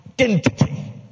identity